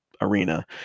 arena